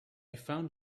found